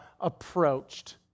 approached